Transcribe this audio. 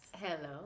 Hello